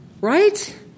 Right